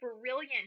brilliant